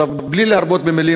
בלי להרבות במילים,